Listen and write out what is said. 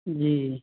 जी